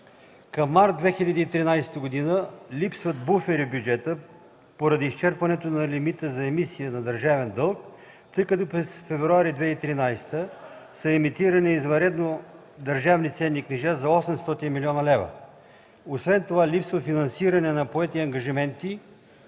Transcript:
Към март 2013 г. липсват буфери в бюджета поради изчерпването на лимита за емисия на държавен дълг, тъй като през февруари 2013 г. са емитирани извънредно държавни ценни книжа за 800 млн. лв. Освен това липсва финансиране на поети ангажименти,